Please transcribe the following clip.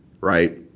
right